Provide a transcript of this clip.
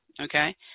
okay